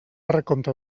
recompte